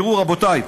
תראו, רבותיי,